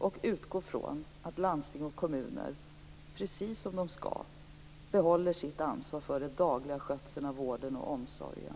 Vi utgår från att landsting och kommuner, precis som de skall, behåller sitt ansvar för den dagliga skötseln av vården och omsorgen.